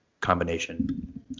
combination